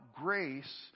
grace